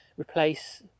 replace